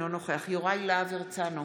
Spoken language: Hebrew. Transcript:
אינו נוכח יוראי להב הרצנו,